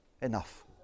enough